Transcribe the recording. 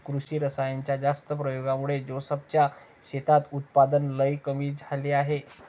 कृषी रासायनाच्या जास्त प्रयोगामुळे जोसेफ च्या शेतात उत्पादन लई कमी झाले आहे